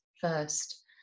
first